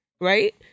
right